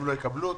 הם לא יקבלו אותו,